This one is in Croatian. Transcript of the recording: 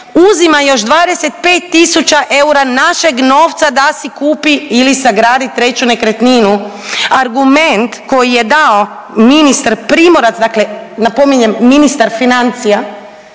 uzima još 25.000 eura našeg novca da si kupi ili sagradi treću nekretninu, argument koji je dao ministar Primorac, dakle napominjem ministar financija